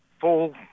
full